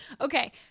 Okay